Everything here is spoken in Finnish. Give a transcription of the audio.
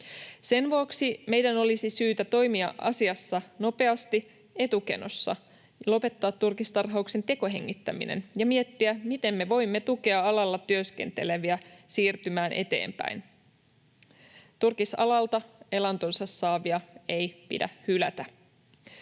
Sen vuoksi meidän olisi syytä toimia asiassa nopeasti etukenossa, lopettaa turkistarhauksen tekohengittäminen ja miettiä, miten me voimme tukea alalla työskenteleviä siirtymään eteenpäin. Turkisalalta elantonsa saavia ei pidä hylätä.